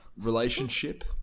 relationship